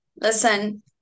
Listen